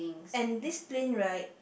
and this plane right